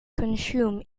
consume